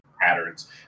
patterns